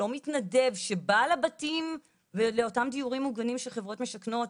לא מתנדב שבא לבתים לאותם דיורים מוגנים שחברות משכנות,